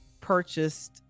purchased